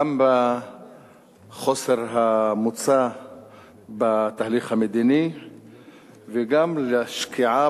גם בחוסר המוצא בתהליך המדיני וגם לשקיעה